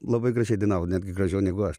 labai gražiai dainavo netgi gražiau negu aš